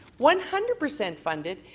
one hundred percent funded,